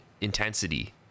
intensity